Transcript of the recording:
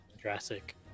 Jurassic